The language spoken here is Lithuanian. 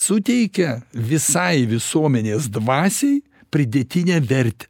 suteikia visai visuomenės dvasiai pridėtinę vertę